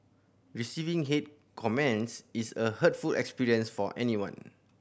receiving hate comments is a hurtful experience for anyone